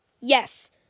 Yes